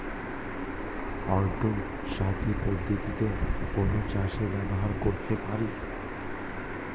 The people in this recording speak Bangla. অর্ধ স্থায়ী পদ্ধতি কোন চাষে ব্যবহার করতে পারি?